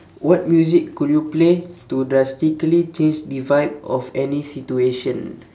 what music could you play to drastically change the vibe of any situation